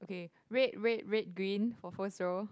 K red red red green for first row